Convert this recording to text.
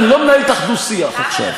אני לא מנהל אתך דו-שיח עכשיו.